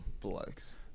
Blokes